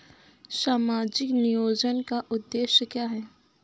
सामाजिक नियोजन का उद्देश्य क्या है?